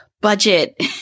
budget